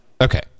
Okay